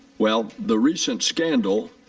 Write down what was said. well, the recent scandal